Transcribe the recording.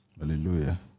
Hallelujah